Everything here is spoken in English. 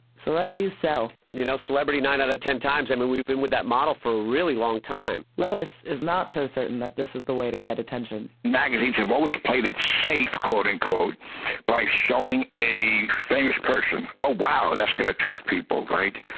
celebrities sell. you know, celebrity nine out of ten times. i mean we've been with that model for a really long time. lois is not so certain that this is the way to get attention. magazines have always played it safe quote unquote by showing a famous person. oh wow! that's going to attract people, right?